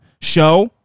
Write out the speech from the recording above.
show